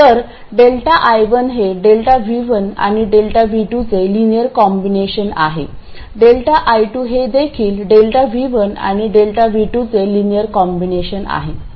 तर ΔI1 हे ΔV1 आणि ΔV2 चे लिनिअर कॉम्बिनेशन आहे ΔI2 हे देखील ΔV1 आणि ΔV2 चे लिनिअर कॉम्बिनेशन आहे